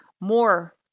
more